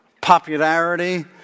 popularity